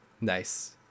nice